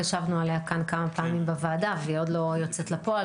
ישבנו עליה כאן כמה פעמים בוועדה והיא עוד לא יוצאת לפועל.